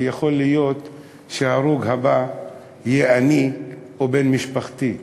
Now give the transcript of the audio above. כי יכול להיות שההרוג הבא יהיה אני, או בן משפחתי,